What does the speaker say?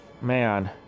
man